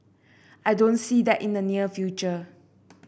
I don't see that in the near future